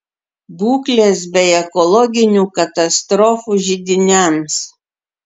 būklės bei ekologinių katastrofų židiniams